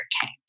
came